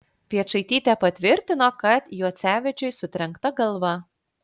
piečaitytė patvirtino kad juocevičiui sutrenkta galva